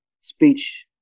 speech